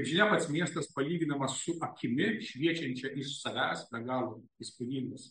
žinia pats miestas palyginamas su akimi šviečiančia iš savęs be galo įspūdingas